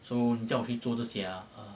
so 你要叫我去做这些啊